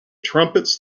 trumpets